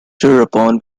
thereupon